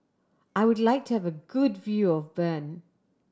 I would like to have a good view of Bern